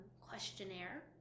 questionnaire